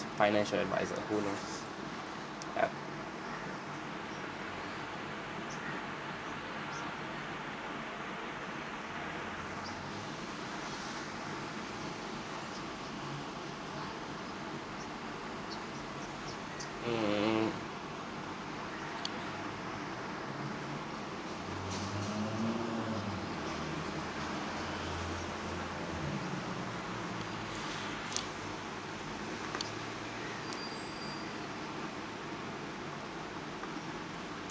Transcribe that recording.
financial advisor who knows ya mm